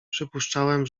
przypuszczałem